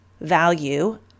value